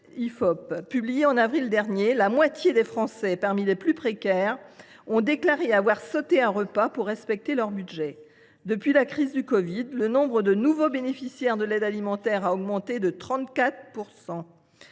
publiée en avril dernier, la moitié des Français parmi les plus précaires ont déclaré avoir sauté un repas pour respecter leur budget. Depuis la crise de la covid, le nombre de nouveaux bénéficiaires de l’aide alimentaire a augmenté de 34 %.